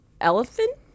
elephant